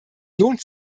lohnt